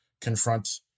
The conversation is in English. confront